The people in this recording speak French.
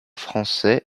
français